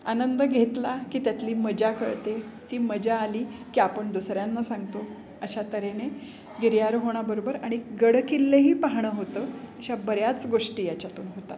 आनंद घेतला की त्यातली मजा कळते ती मजा आली की आपण दुसऱ्यांना सांगतो अशा तऱ्हेने गिर्यारोहणाबरोबर आणि गडकिल्लेही पाहणं होतं अशा बऱ्याच गोष्टी याच्यातून होतात